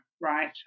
right